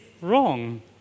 wrong